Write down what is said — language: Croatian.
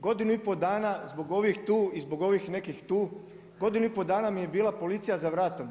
Godinu i pol dana zbog ovih tu i zbog ovih nekih tu, godinu i pol dana mi je bila policija za vratom.